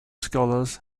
scholars